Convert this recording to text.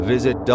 Visit